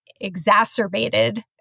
exacerbated